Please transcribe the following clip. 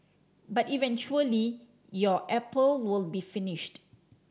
but eventually your apple will be finished